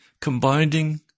combining